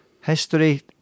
history